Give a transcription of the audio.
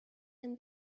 and